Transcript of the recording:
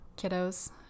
kiddos